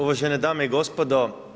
Uvažene dame i gospodo.